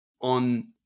On